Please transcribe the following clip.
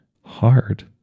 hard